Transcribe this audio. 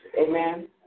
Amen